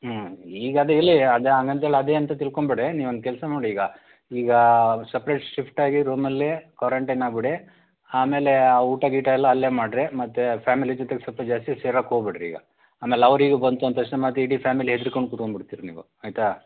ಹ್ಞೂ ಈಗ ಅದಿರಲಿ ಅದು ಹಂಗಂತೇಳಿ ಅದೇ ಅಂತ ತಿಳ್ಕೊಬೇಡಿ ನೀವೊಂದು ಕೆಲಸ ಮಾಡಿ ಈಗ ಈಗ ಸಪ್ರೇಟ್ ಶಿಫ್ಟಾಗಿ ರೂಮಲ್ಲಿ ಕ್ವಾರಂಟೈನ್ ಆಗಿಬಿಡಿ ಆಮೇಲೆ ಊಟ ಗೀಟ ಎಲ್ಲ ಅಲ್ಲೇ ಮಾಡಿರಿ ಮತ್ತೆ ಫ್ಯಾಮಿಲಿ ಜೊತೆಗೆ ಸ್ವಲ್ಪ ಜಾಸ್ತಿ ಸೇರೋಕ್ಕೋಗ್ಬೇಡ್ರಿ ಈಗ ಆಮೇಲೆ ಅವರಿಗೂ ಬಂತು ಅಂದ ತಕ್ಷಣ ಮತ್ತೆ ಇಡೀ ಫ್ಯಾಮಿಲಿ ಹೆದ್ರ್ಕೊಂಡು ಕುತ್ಕೊಂಡ್ಬಿಡ್ತೀರಿ ನೀವು ಆಯಿತಾ